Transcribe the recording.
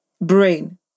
brain